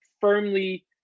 firmly